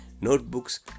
notebooks